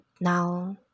now